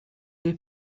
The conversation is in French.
des